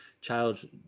child